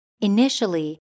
Initially